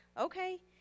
Okay